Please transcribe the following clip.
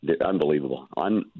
unbelievable